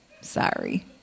sorry